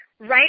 Right